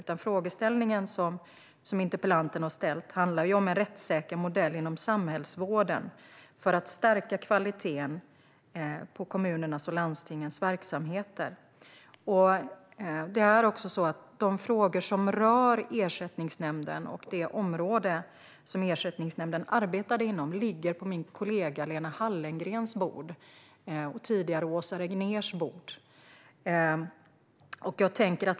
Interpellantens frågeställning handlar ju om en rättssäker modell inom samhällsvården för att stärka kvaliteten på kommunernas och landstingens verksamheter. Det är också så att de frågor som rör Ersättningsnämnden och det område som Ersättningsnämnden arbetade inom ligger på min kollega Lena Hallengrens bord - tidigare Åsa Regnérs bord.